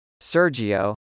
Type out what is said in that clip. Sergio